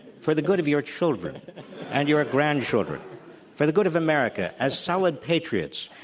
for the good of your children and your grandchildren for the good of america, as solid patriots,